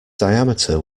diameter